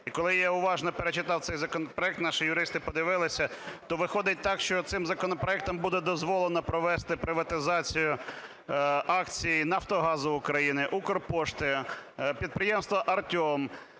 коли я уважно перечитав цей законопроект, наші юристи подивилися, то виходить так, що цим законопроектом буде дозволено провести приватизацію акцій "Нафтогазу України", "Укрпошти", підприємства "Артем",